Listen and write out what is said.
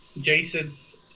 Jason's